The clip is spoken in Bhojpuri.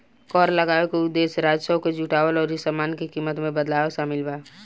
कर लगावे के उदेश्य राजस्व के जुटावल अउरी सामान के कीमत में बदलाव शामिल बा